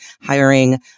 hiring